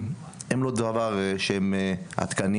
המתקן